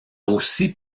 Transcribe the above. aussi